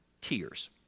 tears